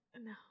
No